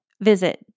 Visit